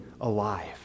alive